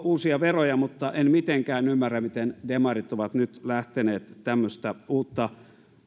uusia veroja mutta en mitenkään ymmärrä miten demarit ovat nyt lähteneet tämmöistä uutta